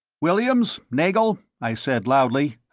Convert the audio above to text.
williams, nagle, i said loudly,